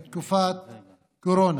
בתקופת קורונה.